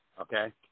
okay